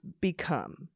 become